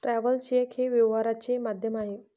traveller cheque हे व्यवहाराचे माध्यम आहे